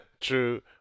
True